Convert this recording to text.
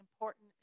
important